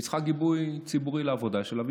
והיא צריכה גיבוי ציבורי לעבודה שלה,